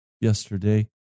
yesterday